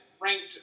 ranked